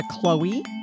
Chloe